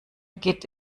geht